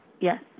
Yes